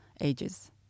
ages